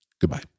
Goodbye